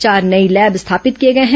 चार नये लेब स्थापित किए गए हैं